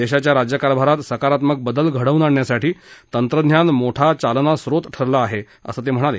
देशाच्या राज्यकारभारात सकारात्मक बदल घडवून आणण्यासाठी तंत्रज्ञान मोठा चालनास्रोत ठरलं आहे असं ते म्हणाले